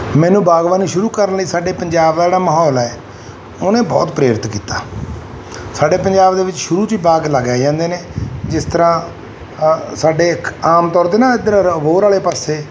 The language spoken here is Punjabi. ਮੈਨੂੰ ਬਾਗਬਾਨੀ ਸ਼ੁਰੂ ਕਰਨ ਲਈ ਸਾਡੇ ਪੰਜਾਬ ਦਾ ਜਿਹੜਾ ਮਾਹੌਲ ਹੈ ਉਹਨੇ ਬਹੁਤ ਪ੍ਰੇਰਿਤ ਕੀਤਾ ਸਾਡੇ ਪੰਜਾਬ ਦੇ ਵਿੱਚ ਸ਼ੁਰੂ 'ਚ ਹੀ ਬਾਗ ਲਗਾਏ ਜਾਂਦੇ ਨੇ ਜਿਸ ਤਰ੍ਹਾਂ ਸਾਡੇ ਇਕ ਆਮ ਤੌਰ 'ਤੇ ਨਾ ਇੱਧਰ ਅਬੋਹਰ ਵਾਲੇ ਪਾਸੇ